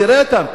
תראה אותם,